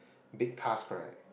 big task right